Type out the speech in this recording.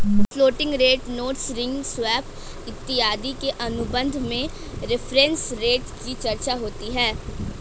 floating rate notes ring swap इत्यादि के अनुबंध में रेफरेंस रेट की चर्चा होती है